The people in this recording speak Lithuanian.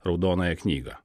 raudonąją knygą